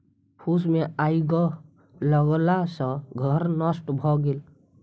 फूस मे आइग लगला सॅ घर नष्ट भ गेल